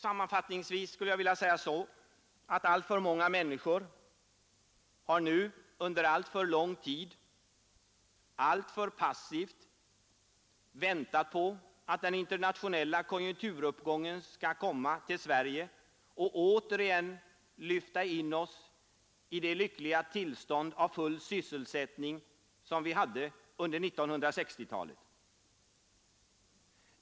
Sammanfattningsvis skulle jag vilja säga att alltför många har nu under alltför lång tid alltför passivt väntat på att en internationell konjunkturuppgång skall komma till Sverige och återigen lyfta in oss i det lyckliga tillstånd av full sysselsättning som vi hade under 1960-talet.